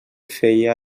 feia